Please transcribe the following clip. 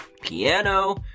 piano